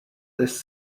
this